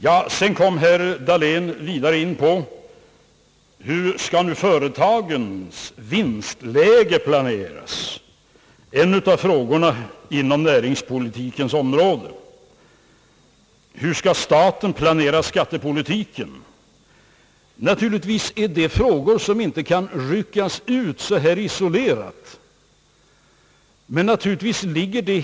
Ja, så kom herr Dahlén in på hur företagens vinstläge skall fixeras — en näringspolitisk fråga — och hur staten skall planera skattepolitiken. Sådana frågor kan naturligtvis inte ryckas ut och bedömas isolerat.